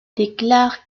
déclare